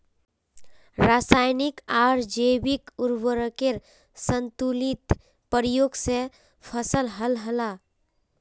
राशयानिक आर जैविक उर्वरकेर संतुलित प्रयोग से फसल लहलहा